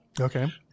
Okay